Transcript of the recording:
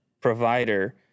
provider